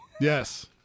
yes